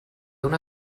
una